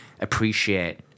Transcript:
appreciate